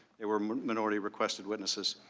they were minority requested witnesses.